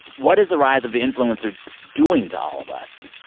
what is the rise of the influencer doing to all of us?